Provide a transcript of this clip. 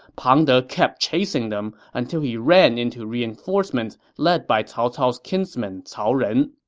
pang de kept chasing them until he ran into reinforcements led by cao cao's kinsman cao ren.